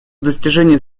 достижения